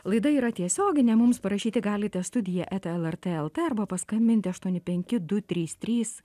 laida yra tiesioginė mums parašyti galite studija eta lrt lt arba paskambinti aštuoni penki du trys trys